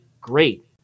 great